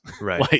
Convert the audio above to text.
right